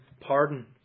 pardon